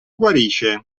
guarisce